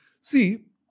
see